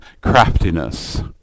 craftiness